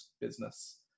business